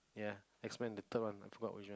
ya X-Men the third one ah I forgot which